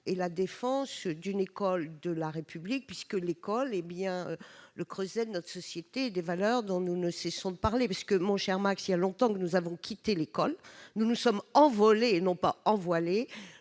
pour défendre l'école de la République, puisque l'école est bien le creuset de notre société et des valeurs dont nous ne cessons de parler. Cher Max Brisson, il y a longtemps que nous avons quitté l'école, nous nous sommes envolés et non pas « envoilés